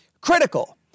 Critical